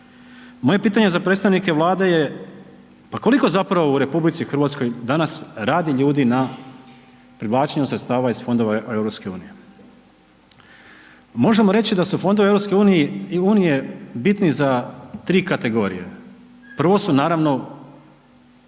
Moje pitanje za predstavnike Vlade je pa koliko zapravo u RH danas radi ljudi na privlačenju sredstava iz fondova EU. Možemo reći da su fondovi EU bitni za tri kategorije. Prvo su naravno investicije